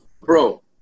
bro